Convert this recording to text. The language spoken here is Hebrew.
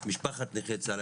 משפחת נכי צה"ל,